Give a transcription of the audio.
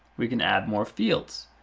we can add more fields.